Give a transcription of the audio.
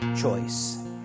choice